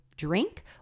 drink